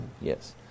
Yes